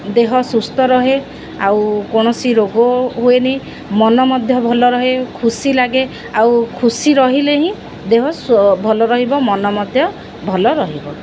ଦେହ ସୁସ୍ଥ ରୁହେ ଆଉ କୌଣସି ରୋଗ ହୁଏନି ମନ ମଧ୍ୟ ଭଲ ରୁହେ ଖୁସି ଲାଗେ ଆଉ ଖୁସି ରହିଲେ ହିଁ ଦେହ ଭଲ ରହିବ ମନ ମଧ୍ୟ ଭଲ ରହିବ